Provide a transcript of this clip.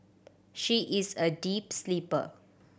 she is a deep sleeper